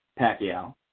Pacquiao